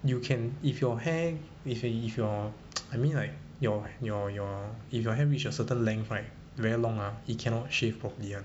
you can if your hair if if if your I mean like your your your if you hair reach a certain length right very long ah it cannot shave properly [one]